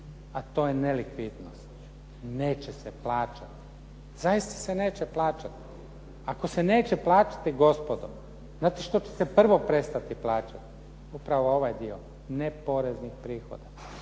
a to je nelikvidnost. Neće se plaćati. Zaista se neće plaćati. Ako se neće gospodo, znate što će se prvo prestati plaćati? Upravo ovaj dio neporeznih prihoda.